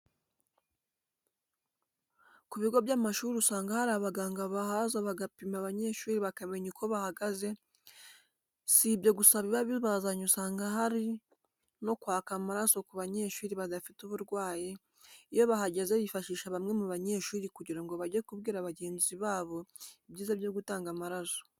Ku bigo by'amashuri usanga hari abaganga bahaza bagapima abanyeshuri bakamenya uko bahagaze, si ibyo gusa biba bibazanye usanga bari no kwaka amaraso ku banyeshuri badafite uburwayi, iyo bahageze bifashisha bamwe mu banyeshuri kugira ngo bajye kubwira bagenzi babo ibyiza byo gutanga amaraso.